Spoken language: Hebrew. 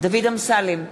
דוד אמסלם,